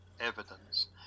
evidence